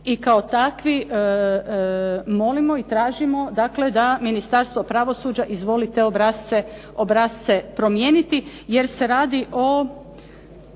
i kao takvi molimo i tražimo dakle da Ministarstvo pravosuđa izvoli te obrasce promijeniti, jer se radi o